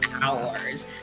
hours